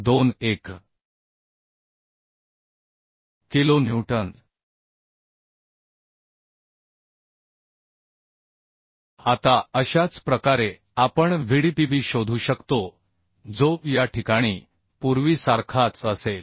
21किलोन्यूटन आता अशाच प्रकारे आपण Vdpb शोधू शकतो जो या ठिकाणी पूर्वीसारखाच असेल